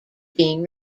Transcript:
being